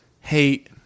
hate